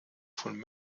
von